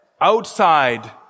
Outside